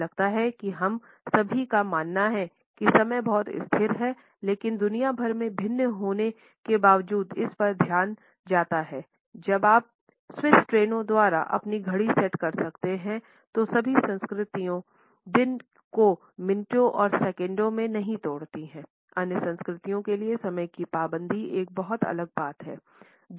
मुझे लगता है कि हम सभी का मानना है कि समय बहुत स्थिर है लेकिन दुनिया भर में बहुत भिन्न होने के बावजूद इस पर ध्यान जाता है जब आप स्विस ट्रेनों द्वारा अपनी घड़ी सेट कर सकते हैं तो सभी संस्कृतियाँ दिन को मिनटों और सेकंडों में नहीं तोड़ती हैं अन्य संस्कृतियों के लिए समय की पाबंदी एक बहुत अलग बात है